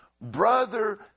brother